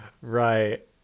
Right